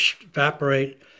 evaporate